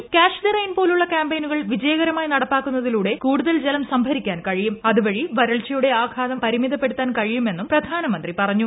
catch the rain പോലുള്ള കൃാമ്പയിനുകൾ വിജയകരമായി നടപ്പാക്കുന്നതിലൂടെ കൂടുതൽ ജലം സംഭരിക്കാൻ കഴിയും അതുവഴി വരൾച്ചയുടെ ആഘാതം പരിമിതപ്പെടുത്താൻ കഴിയുമെന്നും പ്രധാനമന്ത്രി പറഞ്ഞു